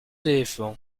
éléphants